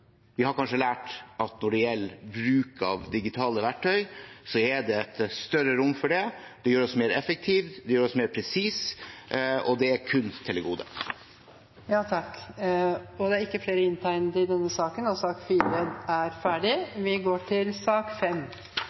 kanskje har lært at når det gjelder bruk av digitale verktøy, er det større rom for det. Det gjør oss mer effektive, det gjør oss mer presise, og det er kun til det gode. Flere har ikke bedt om ordet til sak nr. 4. Etter ønske fra justiskomiteen vil presidenten ordne debatten slik: 5 minutter til